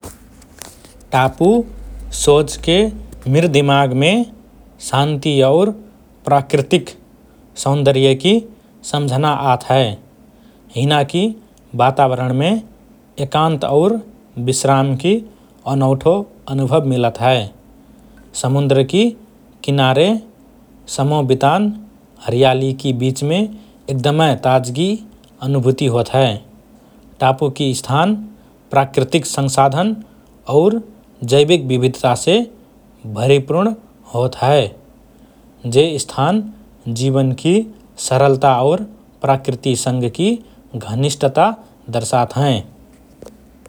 टापु सोचके मिर दिमागमे शान्ति और प्राकृतिक सौन्दर्यकि सम्झना आत हए । हिनाकि वातावरणमे एकान्त और विश्रामकि अनौठो अनुभव मिलत हए । समुद्रकि किनारे समो बितान, हरियालीकि बीचमे एकदमए ताजगी अनुभूति होत हए । टापुकि स्थान प्राकृतिक संसाधन और जैविक विविधतासे भरिपूर्ण होत हए । जे स्थान जीवनकि सरलता और प्रकृतिसँगकि घनिष्ठता दर्शात हएँ ।